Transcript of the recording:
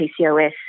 PCOS